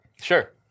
sure